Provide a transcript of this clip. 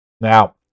Now